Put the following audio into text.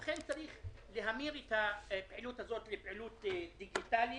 ולכן צריך להמיר את הפעילות הזאת לפעילות דיגיטלית